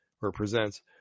represents